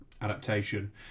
adaptation